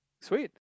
Sweet